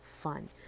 fun